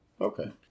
Okay